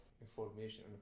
information